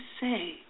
say